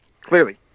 clearly